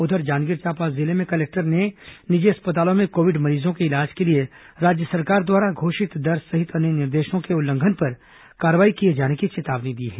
उधर जांजगीर चांपा जिले में कलेक्टर ने निजी अस्पतालों में कोविड मरीजों के इलाज के लिए राज्य सरकार द्वारा घोषित दर सहित अन्य निर्देशों के उल्लंघन पर कार्रवाई किए जाने की चेतावनी दी है